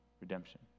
redemption